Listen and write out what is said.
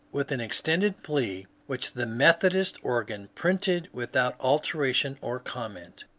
with an extended plea which the methodist organ printed without alteration or comment.